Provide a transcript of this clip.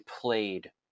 played